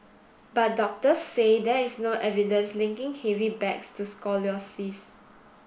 but doctors say there is no evidence linking heavy bags to scoliosis